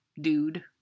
dude